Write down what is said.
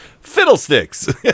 fiddlesticks